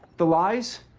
the lies?